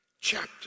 chapter